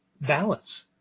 balance